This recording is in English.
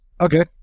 Okay